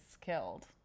killed